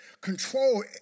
control